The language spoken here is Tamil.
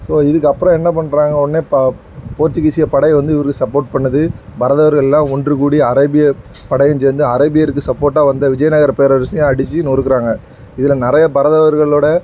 ஸோ இதுக்கப்புறம் என்ன பண்ணுறாங்க உடனே ப போர்ச்சிக்கீசிய படையை வந்து இவருக்கு சப்போர்ட் பண்ணுது பரதவர்கள்லாம் ஒன்றுக்கூடி அரேபிய படையும் சேர்ந்து அரேபியருக்கு சப்போர்டாக வந்த விஜயநகர பேரரசையும் அடித்து நொறுக்கிறாங்க இதில் நிறைய பரதவர்களோடய